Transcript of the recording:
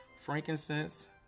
frankincense